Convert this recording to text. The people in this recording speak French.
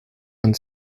vingt